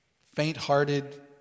Faint-hearted